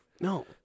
No